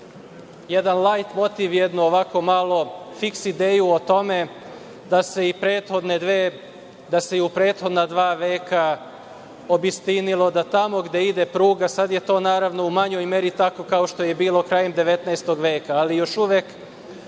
jedan lajtmotiv, jednu ovako malu fiks ideju o tome da se i u prethodna dva veka obistinilo da tamo gde ide pruga, sada je to u manjoj meri tako kao što je bilo krajem 19. veka, ali još uvek